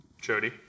Jody